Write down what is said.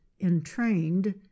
entrained